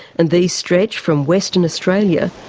and these stretch from western australia,